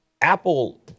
Apple